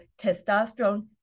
testosterone